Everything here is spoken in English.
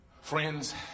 Friends